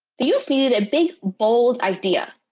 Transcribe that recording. the us needed a big, bold idea.